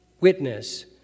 witness